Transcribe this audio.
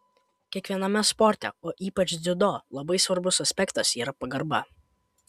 kiekviename sporte o ypač dziudo labai svarbus aspektas yra pagarba